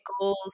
goals